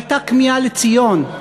הייתה כמיהה לציון,